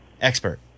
expert